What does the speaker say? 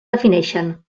defineixen